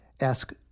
ask